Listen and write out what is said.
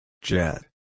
Jet